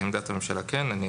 לעמדת הממשלה כן צריכות.